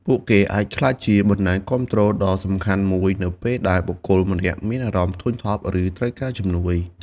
ពួកគេអាចក្លាយជាបណ្តាញគាំទ្រដ៏សំខាន់មួយនៅពេលដែលបុគ្គលម្នាក់មានអារម្មណ៍ធុញថប់ ឬត្រូវការជំនួយ។